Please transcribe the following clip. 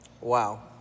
Wow